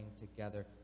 together